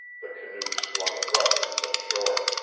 the canoe swung abruptly for the shore.